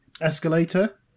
escalator